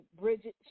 Bridget